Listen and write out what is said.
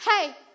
Hey